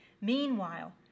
Meanwhile